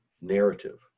narrative